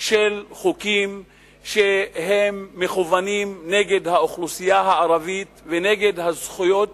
של חוקים שמכוונים נגד האוכלוסייה הערבית ונגד הזכויות